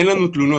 אין לנו תלונות.